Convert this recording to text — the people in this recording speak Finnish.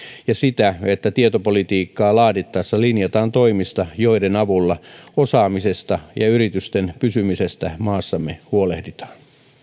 ja sitä että tietopolitiikkaa laadittaessa linjataan toimista joiden avulla osaamisesta ja yritysten pysymisestä maassamme huolehditaan